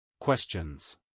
Questions